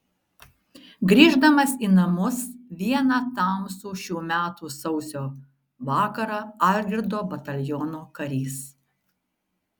grįždamas į namus vieną tamsų šių metų sausio vakarą algirdo bataliono karys